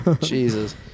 Jesus